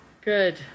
Good